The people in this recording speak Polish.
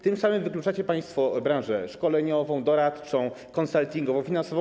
Tym samym wykluczacie państwo branże: szkoleniową, doradczą, konsultingową, finansową.